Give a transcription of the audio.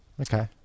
Okay